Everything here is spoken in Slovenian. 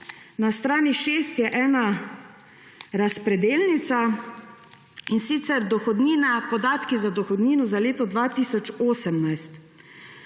na strani 6 je ena razpredelnica, in sicer podatki za dohodnino za leto 2018.